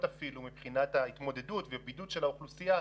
אפילו מבחינת ההתמודדות ובידוד של האוכלוסייה,